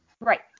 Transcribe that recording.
Right